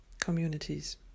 communities